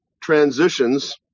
Transitions